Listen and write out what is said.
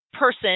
person